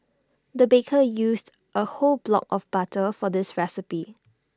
the baker used A whole block of butter for this recipe